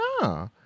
Nah